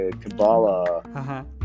Kabbalah